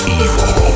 evil